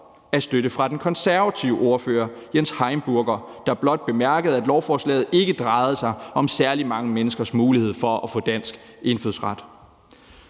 af støtte fra den konservative ordfører, Jens Heimburger, der blot bemærkede, at lovforslaget ikke drejede sig om særlig mange menneskers mulighed for at få dansk indfødsret.